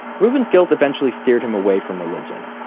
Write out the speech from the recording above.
reuven's guilt eventually steered him away from religion.